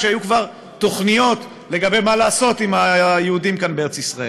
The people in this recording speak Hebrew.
והיו כבר תוכניות מה לעשות עם היהודים כאן בארץ ישראל.